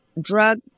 Drug